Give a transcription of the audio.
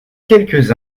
quelques